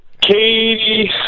Katie